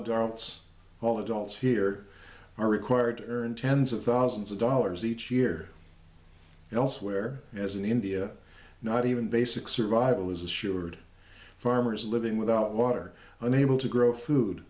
darts all adults here are required to earn tens of thousands of dollars each year elsewhere as in india not even basic survival is assured farmers living without water unable to grow food